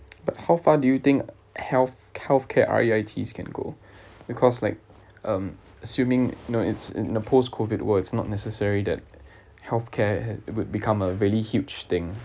but how far do you think health~ healthcare R_E_I_Ts can go because like um assuming no it's in the post COVID world is not necessary that healthcare it would become a really huge thing